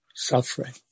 suffering